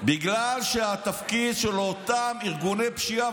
בגלל שהתפקיד של אותם ארגוני פשיעה,